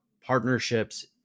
partnerships